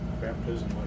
baptism